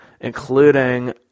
including